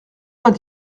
vingt